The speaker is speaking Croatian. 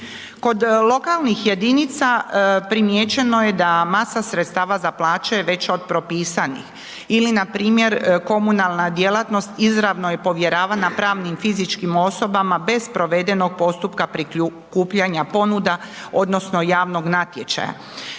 Kod lokalnih jedinica primijećeno je da masa sredstava za plaća je veća od propisanih ili npr. komunalna djelatnost izravno je povjeravana pravnim i fizičkim osobama bez provedenog postupka prikupljanja ponuda odnosno javnog natječaja.